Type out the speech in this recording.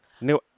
new